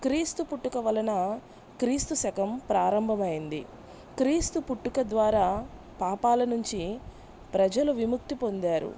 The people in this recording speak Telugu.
క్రీస్తు పుట్టుక వలన క్రీస్తుశకం ప్రారంభమైంది క్రీస్తు పుట్టుక ద్వారా పాపాల నుంచి ప్రజలు విముక్తి పొందారు